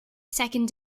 second